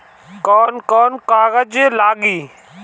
कौन कौन कागज लागी?